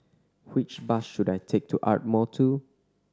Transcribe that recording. which bus should I take to Ardmore Two